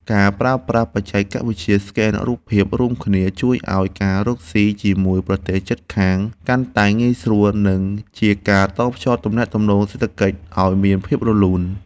ការប្រើប្រាស់បច្ចេកវិទ្យាស្កេនរូបភាពរួមគ្នាជួយឱ្យការរកស៊ីជាមួយប្រទេសជិតខាងកាន់តែងាយស្រួល និងជាការតភ្ជាប់ទំនាក់ទំនងសេដ្ឋកិច្ចឱ្យមានភាពរលូន។